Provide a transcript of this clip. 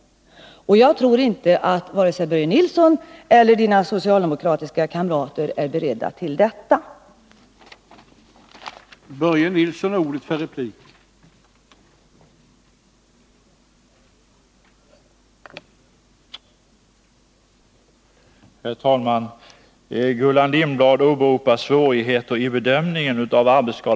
Jag tror inte att vare sig Börje Nilsson eller hans socialdemokratiska kamrater är beredda att anslå medel till det.